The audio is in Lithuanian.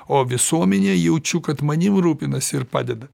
o visuomenė jaučiu kad manim rūpinasi ir padeda